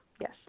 yes